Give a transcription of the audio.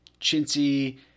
chintzy